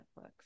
Netflix